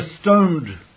stoned